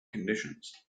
conditions